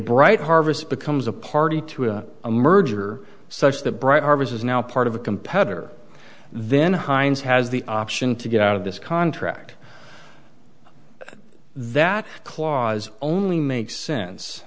bright harvest becomes a party to a merger such that bright harvest is now part of a competitor then heinz has the option to get out of this contract that clause only makes sense